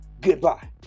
goodbye